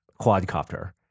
quadcopter